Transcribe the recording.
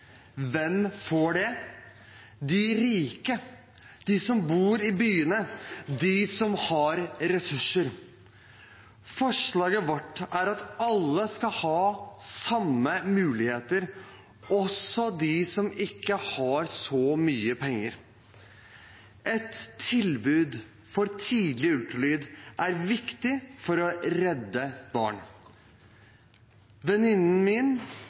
Hvem får det? De rike, de som bor i byene, de som har ressurser. Forslaget vårt er at alle skal ha samme muligheter, også de som ikke har så mye penger. Et tilbud for tidlig ultralyd er viktig for å redde barn. Venninnen min,